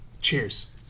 cheers